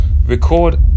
Record